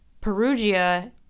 perugia